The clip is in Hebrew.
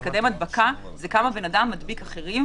מקדם הדבקה זה כמה אדם מדביק אחרים,